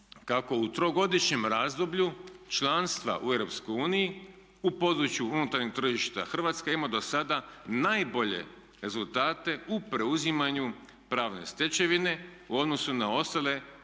kako u trogodišnjem razdoblju članstva u Europskoj uniji u području unutarnjeg tržišta Hrvatska ima do sada najbolje rezultate u preuzimanju pravne stečevine u odnosu na ostale